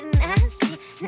nasty